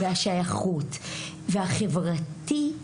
השייכות והחברתיות,